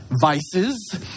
vices